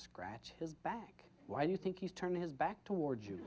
scratch his back why you think he's turned his back toward you